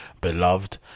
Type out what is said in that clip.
beloved